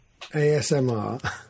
ASMR